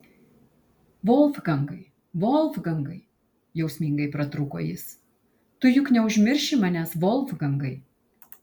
volfgangai volfgangai jausmingai pratrūko jis tu juk neužmirši manęs volfgangai